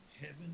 heaven